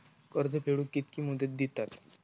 कर्ज फेडूक कित्की मुदत दितात?